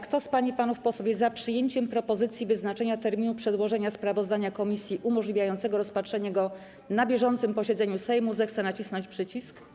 Kto z pań i panów posłów jest za przyjęciem propozycji wyznaczenia terminu przedłożenia sprawozdania komisji umożliwiającego rozpatrzenie go na bieżącym posiedzeniu Sejmu, zechce nacisnąć przycisk.